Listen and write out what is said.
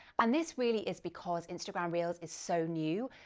and this really is because instagram reels is so new.